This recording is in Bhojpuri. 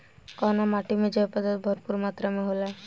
कउना माटी मे जैव पदार्थ भरपूर मात्रा में होला?